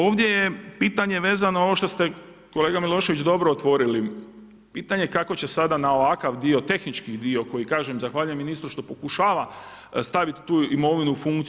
Ovdje je pitanje vezano ono što ste kolega Milošević dobro otvorili, pitanje kako će sada na ovakav dio, tehnički dio koji kažem zahvaljujem ministru što pokušava stavit tu imovinu u funkciju.